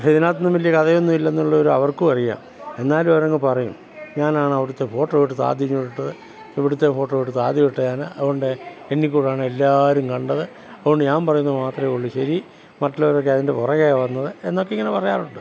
പക്ഷേ ഇതിനകത്തൊന്നും വലിയ കഥയൊന്നുമില്ല എന്നുള്ളത് അവർക്കും അറിയാം എന്നാലും അവരങ്ങ് പറയും ഞാനാണ് അവിടുത്തെ ഫോട്ടോ എടുത്ത് ആദ്യം ഇങ്ങോട്ട് ഇട്ടത് ഇവിടുത്തെ ഫോട്ടോ എടുത്ത് ആദ്യം ഇട്ടത് ഞാനാണ് അതുകൊണ്ട് എന്നിൽ കൂടെ ആണ് എല്ലാവരും കണ്ടത് അതുകൊണ്ട് ഞാൻ പറയുന്നത് മാത്രമേ ഉള്ളൂ ശരി മറ്റുള്ളവരൊക്കെ അതിൻ്റെ പുറകെ വന്നത് എന്നൊക്കെ ഇങ്ങനെ പറയാറുണ്ട്